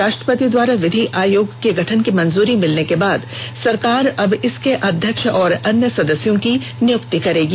राष्ट्रपति द्वारा विधि आयोग के गठन की मंजूरी मिलने के बाद सरकार अब इसके अध्यक्ष और अन्य सदस्यों की नियुक्ति करेगी